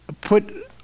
put